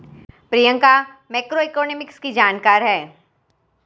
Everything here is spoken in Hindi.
प्रियंका मैक्रोइकॉनॉमिक्स की जानकार है